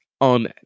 on